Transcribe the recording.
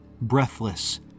breathless